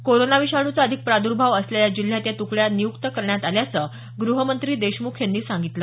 corona विषाणूचा अधिक प्रादुर्भाव असलेल्या जिल्ह्यात या तुकड्या नियुक्त करण्यात आल्याचं ग्रहमंत्री देशमुख यांनी सांगितलं